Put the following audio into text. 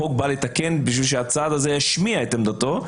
לתקן בשביל שהצד הזה ישמיע את עמדתו,